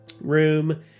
room